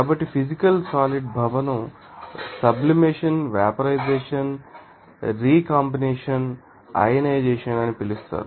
కాబట్టి physical solid ీభవనం sublimation vaporisation recombination ionisation అని పిలుస్తారు